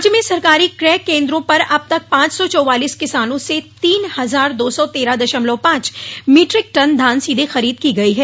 राज्य में सरकारी क्रय केन्द्रों पर अब तक पांच सौ चौवालीस किसानों से तीन हजार दो सौ तेरह दशमलव पांच मीट्रिक टन धान सीधे खरीद की गई है